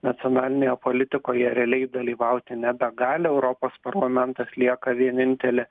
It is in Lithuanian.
nacionalinėje politikoje realiai dalyvauti nebegali europos parlamentas lieka vienintelė